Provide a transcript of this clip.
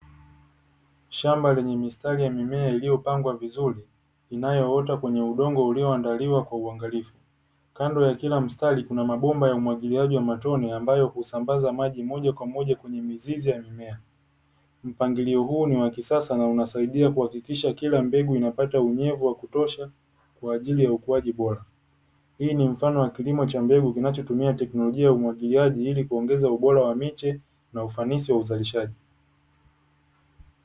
Shamba lenye mistari ya mimea iliyopangwa vizuri, inayoota kwenye udongo ulioandaliwa kwa uangalifu, kando ya kila mstari kuna mabomba ya umwagiliaji wa matone ambayo husambaza maji moja kwa moja kwenye mizizi ya mimea. Mpangilio huu ni wa kisasa na unasaidia kuhakikisha kila mbegu inapata unyevu wa kutosha kwa ajili ya ukuaji bora. Hii ni mfano wa kilimo cha mbegu kinachotumia teknolojia ya umwagiliaji ili kuongeza ubora wa miche na ufanisi wa uzalishaji.